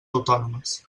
autònomes